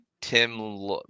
Tim